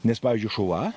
nes pavyzdžiui šuva